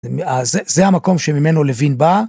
זה המקום שממנו לוין בה.